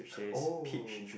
oh